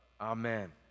Amen